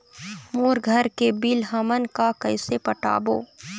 मोर घर के बिल हमन का कइसे पटाबो?